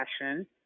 passion